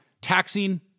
taxing